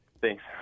Thanks